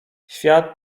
świat